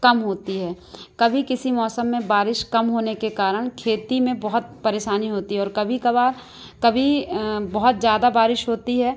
कम होती है कभी किसी मौसम में बारिश कम होने के कारण खेती में बहुत परेशानी होती है और कभी कभार कभी बहुत ज़्यादा बारिश होती है